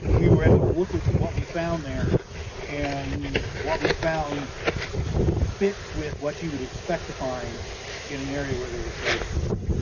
we were able to look at what we found there and what we found fits with what you would expect to find in an area where there were slave quarters.